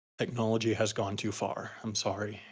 technology has gone too far. i'm sorry.